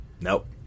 Nope